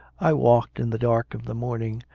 i walked in the dark of the morning,